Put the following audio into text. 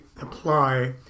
apply